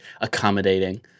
accommodating